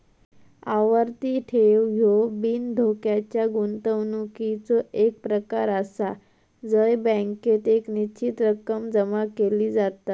आवर्ती ठेव ह्यो बिनधोक्याच्या गुंतवणुकीचो एक प्रकार आसा जय बँकेत एक निश्चित रक्कम जमा केली जाता